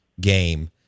game